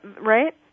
right